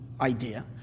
idea